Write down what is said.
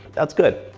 that's good.